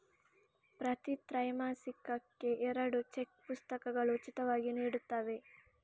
ಪ್ರತಿ ತ್ರೈಮಾಸಿಕಕ್ಕೆ ಎರಡು ಚೆಕ್ ಪುಸ್ತಕಗಳು ಉಚಿತವಾಗಿ ನೀಡುತ್ತವೆ